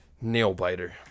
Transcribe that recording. nail-biter